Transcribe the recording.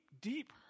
deep